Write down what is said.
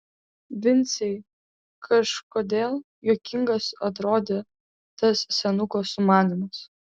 vincei kažkodėl juokingas atrodė tas senuko sumanymas